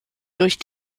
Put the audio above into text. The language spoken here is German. durch